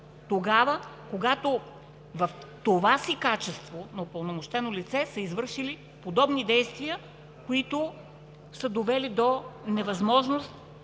тогава, когато в това си качество на упълномощено лице са извършили подобни действия, които са довели до невъзможност